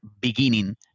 beginning